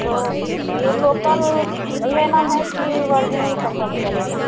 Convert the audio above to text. तो ये लोकल लेना है कि ओरिजिनल कंपनी का लेना है